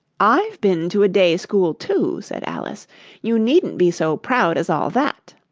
i've been to a day-school, too said alice you needn't be so proud as all that